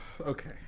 Okay